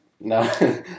No